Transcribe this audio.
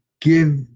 give